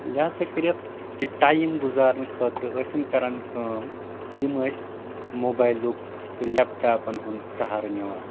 لِہاظا کٔرِتھ یہِ ٹایم گُزارنہٕ خٲطرٕ ٲسۍ یِم کران کٲم یِم ٲسۍ موبیلُک تہٕ لیپ ٹاپن ہُنٛد سَہارٕ نِوان